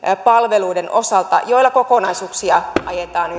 palveluiden osalta joilla kokonaisuuksia ajetaan